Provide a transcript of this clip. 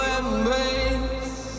embrace